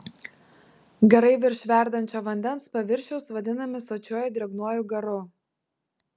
garai virš verdančio vandens paviršiaus vadinami sočiuoju drėgnuoju garu